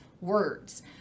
words